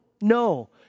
no